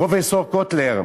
פרופסור קוטלר: